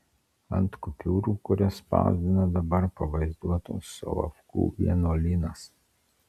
ant kupiūrų kurias spausdina dabar pavaizduotas solovkų vienuolynas